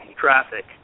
traffic